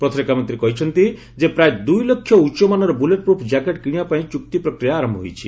ପ୍ରତିରକ୍ଷାମନ୍ତ୍ରୀ କହିଛନ୍ତି ଯେ ପ୍ରାୟ ଦୁଇଲକ୍ଷ ଉଚ୍ଚମାନର ବୁଲେଟ୍ ପ୍ରୁଫ୍ ଜ୍ୟାକେଟ୍ କିଶିବା ପାଇଁ ଚୁକ୍ତି ପ୍ରକ୍ରିୟା ଆରମ୍ଭ ହୋଇଛି